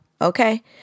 Okay